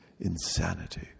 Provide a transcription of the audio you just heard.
insanity